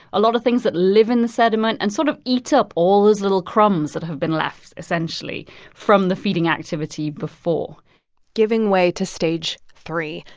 a lot of things that live in the sediment and sort of eat up all those little crumbs that have been left essentially from the feeding activity before giving way to stage three,